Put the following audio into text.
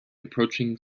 approaching